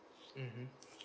mmhmm